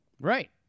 Right